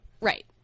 Right